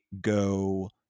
go